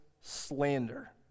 slander